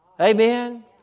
Amen